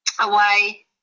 away